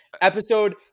episode